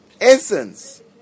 essence